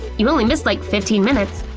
you only missed like fifteen minutes.